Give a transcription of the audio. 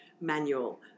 manual